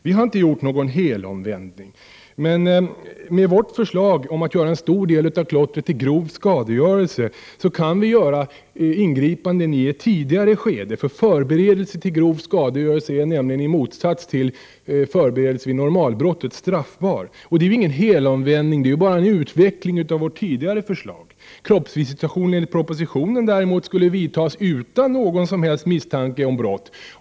Vi har inte gjort någon helomvändning, men med vårt förslag om att rubricera en stor del av klottret som grov skadegörelse, kan ingripanden företas i ett tidigare skede. I motsats till förberedelse vid normalbrott är förberedelse till grov skadegörelse straffbart. Detta är inte någon helomvändning, utan bara en utveckling av vårt tidigare förslag. Kroppsvisitation enligt propositionen kan däremot vidtas utan någon som helst misstanke om brott.